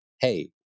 hey